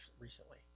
recently